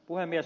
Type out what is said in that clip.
puhemies